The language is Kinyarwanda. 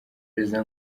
perezida